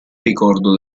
ricordo